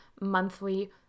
monthly